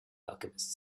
alchemist